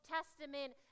Testament